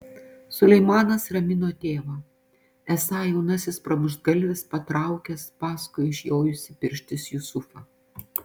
suleimanas ramino tėvą esą jaunasis pramuštgalvis patraukęs paskui išjojusį pirštis jusufą